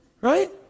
Right